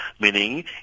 meaning